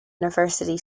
university